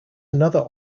another